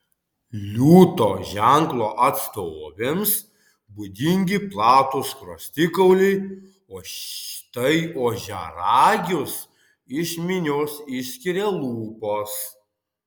liūto ženklo atstovėms būdingi platūs skruostikauliai o štai ožiaragius iš minios išskiria lūpos